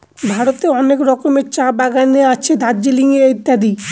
ভারতের অনেক রকমের চা বাগানে আছে দার্জিলিং এ ইত্যাদি